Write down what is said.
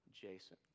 Jason